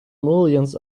millions